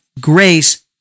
grace